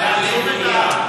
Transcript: השם ייקום דמה.